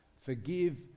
forgive